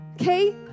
Okay